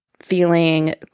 feeling